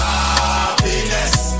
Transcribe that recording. Happiness